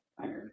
iron